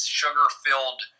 sugar-filled